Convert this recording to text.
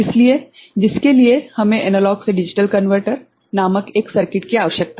इसलिए जिसके लिए हमें एनालॉग से डिजिटल कन्वर्टर नामक एक सर्किट की आवश्यकता है